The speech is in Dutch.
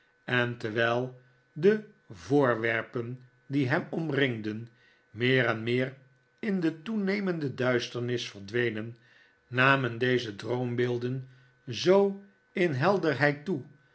en terwijl de voorwerpen die hem omringden meer en meer in de toenemende duisternis verdwehen namen deze dpoombeelden zoo in helderheid toe